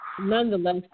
nonetheless